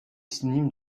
synonyme